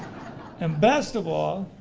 and best of all,